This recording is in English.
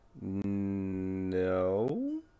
No